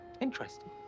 Interesting